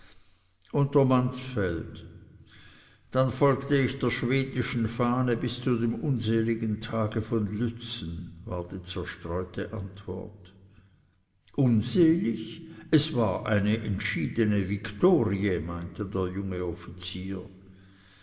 unter mansfeld dann folgte ich der schwedischen fahne bis zu dem unseligen tage von lützen war die zerstreute antwort unselig es war eine entschiedene victorie meinte der junge offizier